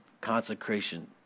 consecration